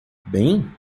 bem